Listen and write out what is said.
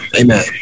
amen